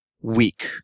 weak